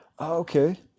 okay